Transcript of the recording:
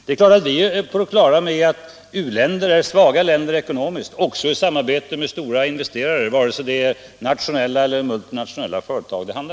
Vi är givetvis på det klara med att u-länder är svaga ekonomiskt, också i samarbete med stora investerare, vare sig det handlar om nationella eller multinationella företag.